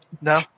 no